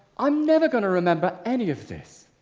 i'm never gonna remember any of this!